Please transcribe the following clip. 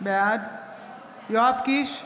בעד יואב קיש,